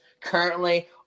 Currently